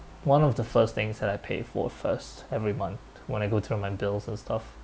one of the first things that I pay for first every month when I go through my bills and stuff